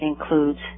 includes